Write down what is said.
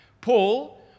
Paul